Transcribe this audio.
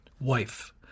wife